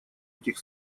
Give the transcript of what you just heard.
этих